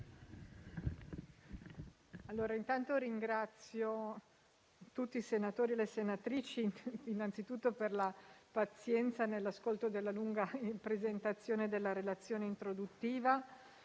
Presidente, ringrazio tutti i senatori e le senatrici innanzitutto per la pazienza nell'ascolto della lunga presentazione della relazione introduttiva,